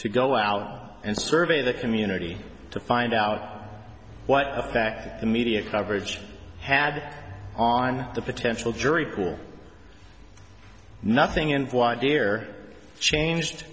to go out and survey the community to find out what a fact the media coverage had on the potential jury pool nothing and why dear changed